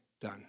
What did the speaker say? done